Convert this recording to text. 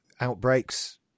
Outbreaks